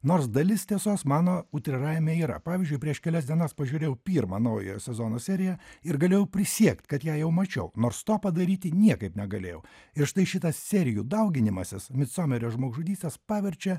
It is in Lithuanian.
nors dalis tiesos mano utriravime yra pavyzdžiui prieš kelias dienas pažiūrėjau pirmą naujojo sezono seriją ir galėjau prisiekti kad ją jau mačiau nors to padaryti niekaip negalėjau ir štai šitas serijų dauginimasis micomerio žmogžudystes paverčia